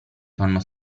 fanno